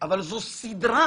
אבל זו סדרה.